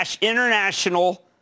international